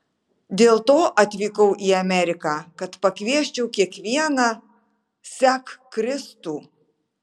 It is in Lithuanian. dėl to atvykau į ameriką kad pakviesčiau kiekvieną sek kristų